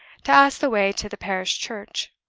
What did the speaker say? to ask the way to the parish church.